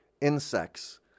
insects